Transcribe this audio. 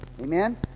Amen